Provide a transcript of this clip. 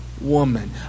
woman